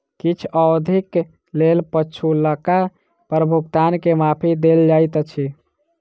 किछ अवधिक लेल पछुलका कर भुगतान के माफी देल जाइत अछि